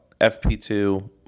FP2